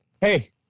hey